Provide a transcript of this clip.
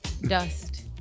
dust